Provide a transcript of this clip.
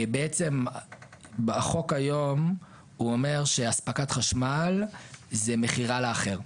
החוק היום אומר שהספקת חשמל זה מכירה לאחר,